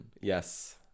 Yes